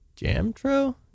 Jamtro